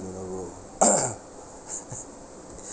you know bro